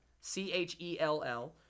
C-H-E-L-L